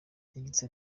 yagize